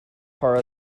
part